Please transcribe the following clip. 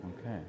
Okay